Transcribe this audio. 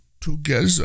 together